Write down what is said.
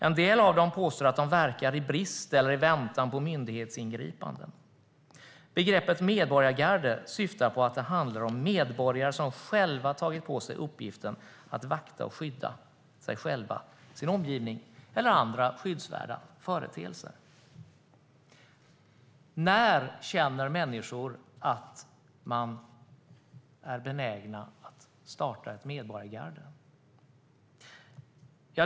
En del av dem påstår att de verkar i brist på eller i väntan på myndighetsingripanden. Begreppet "medborgargarde" syftar på att det handlar om medborgare som själva har tagit på sig uppgiften att vakta och skydda sig själva, sin omgivning eller andra skyddsvärda företeelser. När känner människor att de är benägna att starta ett medborgargarde?